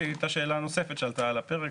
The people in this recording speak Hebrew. שהיא הייתה שאלה נוספת שעלתה על הפרק.